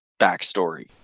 backstory